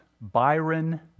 Byron